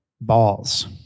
balls